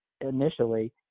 initially